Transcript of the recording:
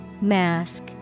mask